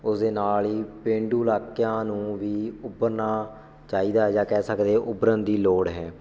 ਉਸਦੇ ਨਾਲ ਹੀ ਪੇਂਡੂ ਇਲਾਕਿਆਂ ਨੂੰ ਵੀ ਉੱਭਰਨਾ ਚਾਹੀਦਾ ਜਾਂ ਕਹਿ ਸਕਦੇ ਉੱਭਰਨ ਦੀ ਲੋੜ ਹੈ